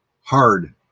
hard